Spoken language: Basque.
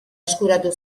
eskuratu